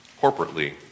corporately